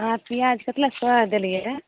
हँ पिआज कथिला सड़ल देलियै